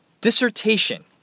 dissertation